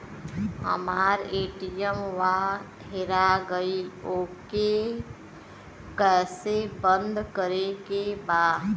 हमरा ए.टी.एम वा हेरा गइल ओ के के कैसे बंद करे के बा?